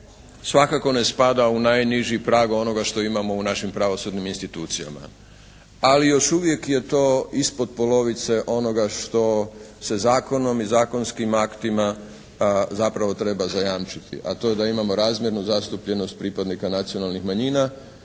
svakako ne spada u najniži prag onoga što imamo u našim pravosudnim institucijama, ali još uvijek je to ispod polovice onoga što se zakonom i zakonskim aktima zapravo treba zajamčiti, a to je da imamo razmjernu zastupljenost pripadnika nacionalnih manjina